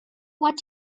what